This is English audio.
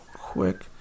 quick